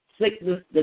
sickness